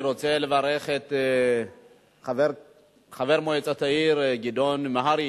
אני רוצה לברך את חבר מועצת העיר קריית-מלאכי גדעון נהרי,